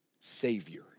Savior